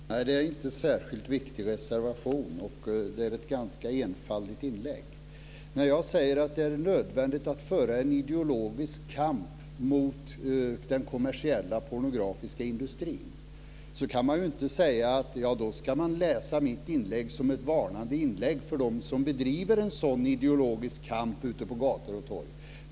Fru talman! Nej, det är inte en särskilt viktig reservation. Och det är ett ganska enfaldigt inlägg. När jag säger att det är nödvändigt att föra en ideologisk kamp mot den kommersiella pornografiska industrin kan man ju inte säga att då ska man läsa mitt inlägg som ett varnande inlägg för dem som driver en sådan ideologisk kamp ute på gator och torg.